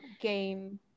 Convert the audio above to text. game